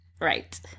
Right